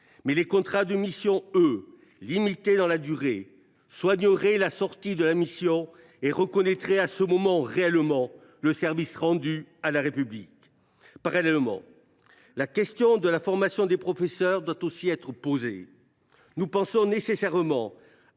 mais les contrats de mission seraient, eux, limités dans la durée. Ils soigneraient la sortie de la mission et reconnaîtraient réellement à ce moment le service rendu à la République. Parallèlement, la question de la formation des professeurs doit être posée. Il est nécessaire